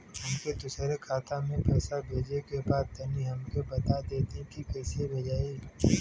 हमके दूसरा खाता में पैसा भेजे के बा तनि हमके बता देती की कइसे भेजाई?